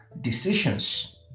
decisions